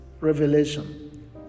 revelation